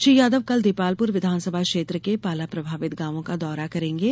श्री यादव कल देपालपुर विधानसभा क्षेत्र के पाला प्रभावित गाँवों का दौरा करेंगे